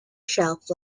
shelf